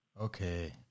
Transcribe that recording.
Okay